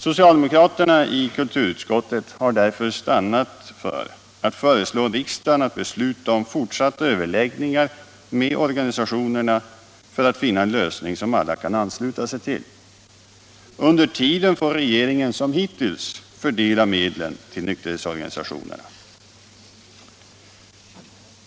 Socialdemokraterna i kulturutskottet har därför stannat för att föreslå riksdagen att besluta om fortsatta överläggningar med organisationerna för att finna en lösning som alla kan ansluta sig till. Under tiden får regeringen som hittills fördela medlen till nykterhetsorganisationerna.